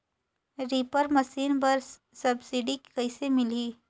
Reaper machine बर subsidy कइसे मिलही?